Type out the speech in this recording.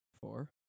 Four